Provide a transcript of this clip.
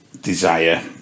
Desire